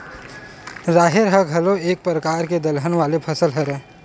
राहेर ह घलोक एक परकार के दलहन वाले फसल हरय